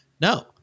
No